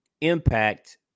impact